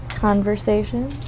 Conversation